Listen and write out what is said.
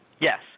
Yes